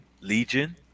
Legion